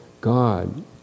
God